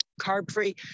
carb-free